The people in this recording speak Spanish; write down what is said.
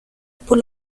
por